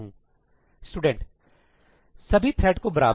Student Equally to the all threads student सभी thread को बराबर